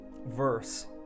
verse